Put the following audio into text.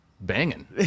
Banging